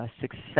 success